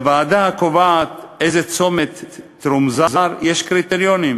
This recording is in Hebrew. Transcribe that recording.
לוועדה הקובעת איזה צומת ירומזר יש קריטריונים,